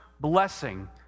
blessing